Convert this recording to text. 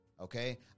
Okay